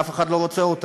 אף אחד לא רוצה אותם.